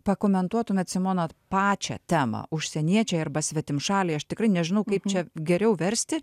pakomentuotumėt simona pačią temą užsieniečiai arba svetimšaliai aš tikrai nežinau kaip čia geriau versti